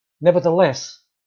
nevertheless